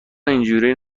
اینجوری